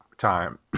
time